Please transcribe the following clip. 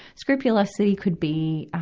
scrupulosity could be, ah